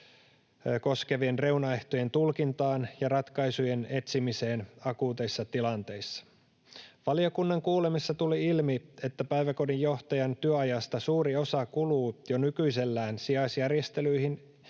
koskevien reunaehtojen tulkintaan ja ratkaisujen etsimiseen akuuteissa tilanteissa. Valiokunnan kuulemisissa tuli ilmi, että päiväkodin johtajan työajasta suuri osa kuluu jo nykyisellään sijaisjärjestelyihin,